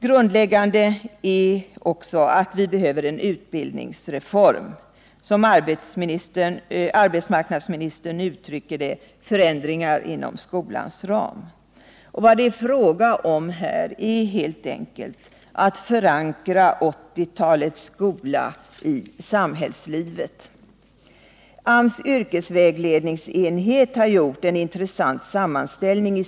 Grundläggande är också att vi behöver en utbildningsreform — som arbetsmarknadsministern uttrycker det: förändringar inom skolans ram. Vad det är fråga om är helt enkelt att förankra 1980-talets skola i samhällslivet. AMS yrkesvägledningsenhet har i september i år gjort en intressant sammanställning.